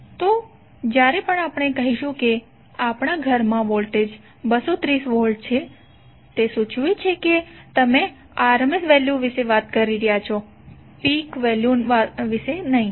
તો જ્યારે પણ આપણે કહીશું કે આપણા ઘરમાં વોલ્ટેજ 230 વોલ્ટ છે તે સૂચવે છે કે તમે RMS વેલ્યુ વિશે વાત કરી રહ્યા છો પીક વેલ્યુ નહીં